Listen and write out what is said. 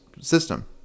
system